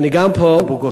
באבו-גוש.